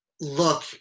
look